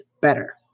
better